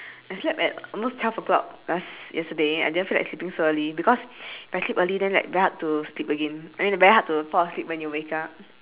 I slept at almost twelve o'clock last yesterday I didn't feel like sleeping so early because if I sleep early then that like very hard to sleep again I mean very hard to fall asleep when you wake up